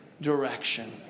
direction